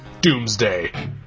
doomsday